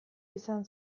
izan